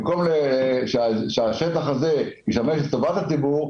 במקום שהשטח הזה ישמש לטובת הציבור,